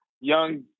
young